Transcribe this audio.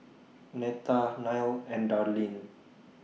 Netta Nile and Darlyne